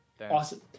Awesome